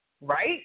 right